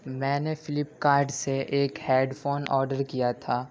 میں نے فلپ کارٹ سے ایک ہیڈ فون آڈر کیا تھا